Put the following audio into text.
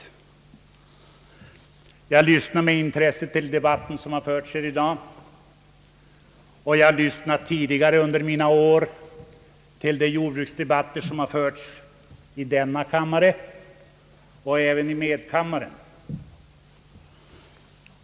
Jag har med intresse lyssnat till den debatt som har förts i dag, och jag har under tidigare år lyssnat till de jordbruksdebatter som har förts i denna kammare och i medkammaren.